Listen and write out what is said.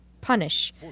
punish